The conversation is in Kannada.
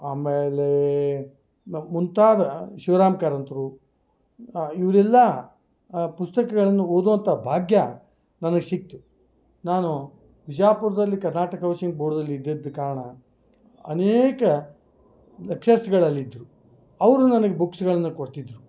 ಆಮೇಲೆ ಮುಂತಾದ ಶಿವರಾಮ್ ಕಾರಂತರು ಇವರೆಲ್ಲ ಆ ಪುಸ್ತಕಗಳನ್ನು ಓದುವಂಥ ಭಾಗ್ಯ ನನಗೆ ಸಿಕ್ತು ನಾನು ಬಿಜಾಪುರದಲ್ಲಿ ಕರ್ನಾಟಕ ಔಸಿಂಗ್ ಬೋಡ್ನಲ್ಲಿ ಇದ್ದಿದ್ದ ಕಾರಣ ಅನೇಕ ಲೆಕ್ಚರ್ಸ್ಗಗಳು ಅಲ್ಲಿ ಇದ್ದರು ಅವರು ನನಿಗೆ ಬುಕ್ಸ್ಗಳನ್ನು ಕೊಡ್ತಿದ್ದರು